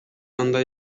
андай